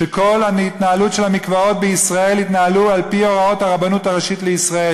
שכל המקוואות בישראל יתנהלו על-פי הוראות הרבנות הראשית לישראל.